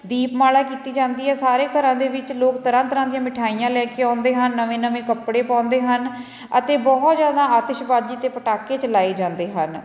ਦੀਪਮਾਲਾ ਕੀਤੀ ਜਾਂਦੀ ਹੈ ਸਾਰੇ ਘਰਾਂ ਦੇ ਵਿੱਚ ਲੋਕ ਤਰ੍ਹਾਂ ਤਰ੍ਹਾਂ ਦੀਆਂ ਮਿਠਾਈਆਂ ਲੈ ਕੇ ਆਉਂਦੇ ਹਨ ਨਵੇਂ ਨਵੇਂ ਕੱਪੜੇ ਪਾਉਂਦੇ ਹਨ ਅਤੇ ਬਹੁਤ ਜ਼ਿਆਦਾ ਆਤਿਸ਼ਬਾਜੀ ਅਤੇ ਪਟਾਕੇ ਚਲਾਏ ਜਾਂਦੇ ਹਨ